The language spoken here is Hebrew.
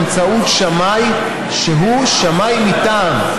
באמצעות שמאי שהוא שמאי מטעם,